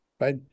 right